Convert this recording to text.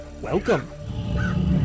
welcome